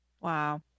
Wow